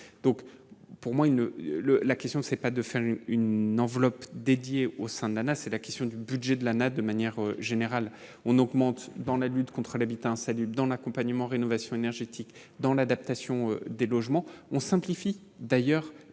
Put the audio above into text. donc, pour moi, il ne le la question, c'est pas de faire une enveloppe dédiée au sein de l'ANA c'est la question du budget de l'ANA de manière générale on augmente dans la lutte contre l'habitat insalubre dans l'accompagnement rénovation énergétique dans l'adaptation des logements, on simplifie d'ailleurs